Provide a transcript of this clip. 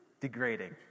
degrading